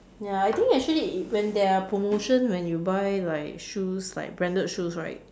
ya I think actually when there are promotion when you buy like shoes like branded shoes right